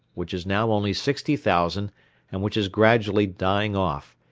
which is now only sixty thousand and which is gradually dying off,